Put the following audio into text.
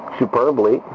superbly